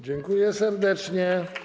Dziękuję serdecznie.